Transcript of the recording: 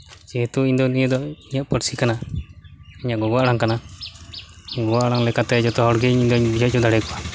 ᱡᱮᱦᱮᱛᱩ ᱤᱧᱫᱚ ᱱᱤᱭᱟᱹ ᱫᱚ ᱤᱧᱟᱹᱜ ᱯᱟᱹᱨᱥᱤ ᱠᱟᱱᱟ ᱤᱧᱟᱹᱜ ᱜᱚᱜᱚ ᱟᱲᱟᱝ ᱠᱟᱱᱟ ᱜᱚᱜᱚᱼᱟᱲᱟᱝ ᱞᱮᱠᱟᱛᱮ ᱡᱚᱛᱚ ᱦᱚᱲ ᱜᱮ ᱤᱧᱫᱩᱧ ᱵᱩᱡᱷᱟᱹᱣ ᱦᱚᱪᱚ ᱫᱟᱲᱮ ᱟᱠᱚᱣᱟ